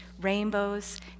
rainbows